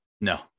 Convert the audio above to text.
No